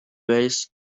base